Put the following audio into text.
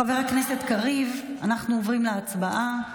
חבר הכנסת קריב, אנחנו עוברים להצבעה.